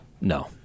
No